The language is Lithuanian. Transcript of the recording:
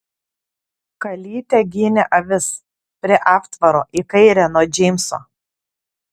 kalytė ginė avis prie aptvaro į kairę nuo džeimso